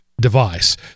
device